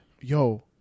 yo